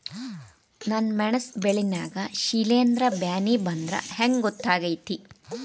ನನ್ ಮೆಣಸ್ ಬೆಳಿ ನಾಗ ಶಿಲೇಂಧ್ರ ಬ್ಯಾನಿ ಬಂದ್ರ ಹೆಂಗ್ ಗೋತಾಗ್ತೆತಿ?